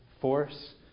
force